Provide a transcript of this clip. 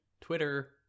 Twitter